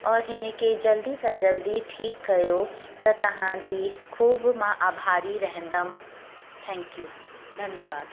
और हिन खे जल्दी सां जल्दी ठीकु कयो त तव्हांजी ख़ूबु मां आभारी रहंदमि थैंक्यू धन्यवादु